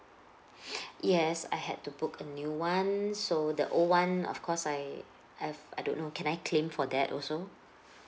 yes I had to book a new one so the old one of course I have I don't know can I claim for that also